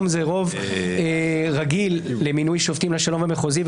היום זה רוב רגיל למינוי שופטים לשלום ולמחוזי,